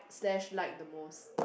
slash like the most